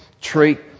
treat